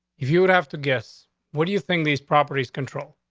if you would have to guess what do you think these properties control?